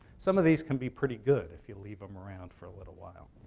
some of these can be pretty good if you leave them around for a little while,